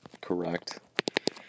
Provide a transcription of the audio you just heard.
correct